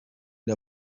der